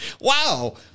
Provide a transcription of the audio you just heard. wow